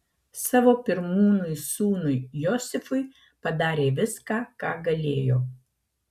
savo pirmūnui sūnui josifui padarė viską ką galėjo